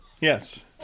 Yes